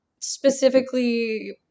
Specifically